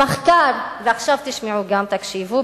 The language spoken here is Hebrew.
ועכשיו תשמעו וגם תקשיבו.